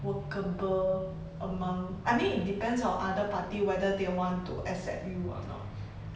workable among I mean it depends on other party whether they want to accept you or not